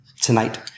tonight